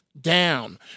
down